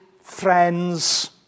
friends